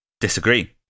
Disagree